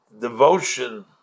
devotion